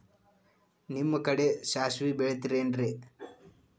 ನಿಮ್ಮ ಕಡೆ ಸಾಸ್ವಿ ಬೆಳಿತಿರೆನ್ರಿ?